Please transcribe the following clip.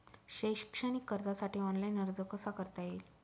शैक्षणिक कर्जासाठी ऑनलाईन अर्ज कसा करता येईल?